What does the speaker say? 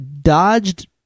dodged